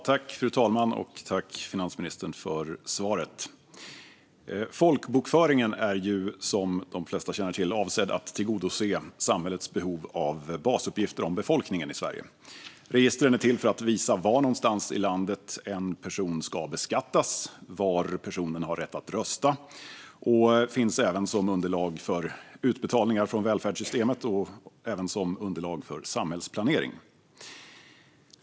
Fru talman! Tack, finansministern, för svaret! Folkbokföringen är ju, som de flesta känner till, avsedd att tillgodose samhällets behov av basuppgifter om befolkningen i Sverige. Registren är till för att visa var någonstans i landet en person ska beskattas, och var personen har rätt att rösta, och de fungerar även som underlag för utbetalningar från välfärdssystemet och som underlag för samhällsplanering.